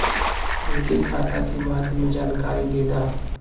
हमके खाता के बारे में जानकारी देदा?